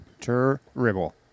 Terrible